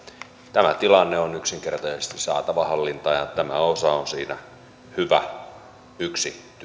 tämä tilanne on yksinkertaisesti saatava hallintaan ja tämä osa on siinä yksi